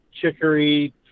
chicory